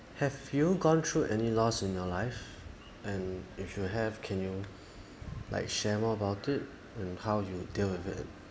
have you gone through any loss in your life and if you have can you like share more about it and how you deal with it